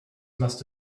must